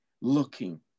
looking